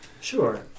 sure